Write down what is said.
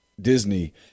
Disney